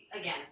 again